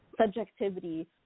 subjectivity